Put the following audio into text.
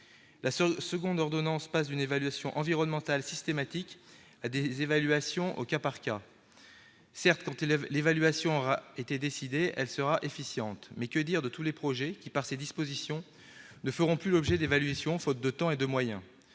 La seconde ordonnance passe d'une évaluation environnementale systématique à des évaluations au cas par cas. Certes, quand l'évaluation aura été décidée, elle sera efficiente. Mais que dire de tous les projets qui, du fait de ces dispositions, ne feront plus l'objet d'une évaluation, faute de temps et de moyens ?